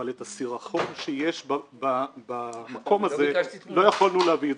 אבל את הסירחון שיש במקום הזה לא יכולנו להביא לפה,